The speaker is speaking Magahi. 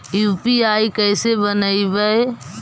यु.पी.आई कैसे बनइबै?